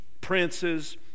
princes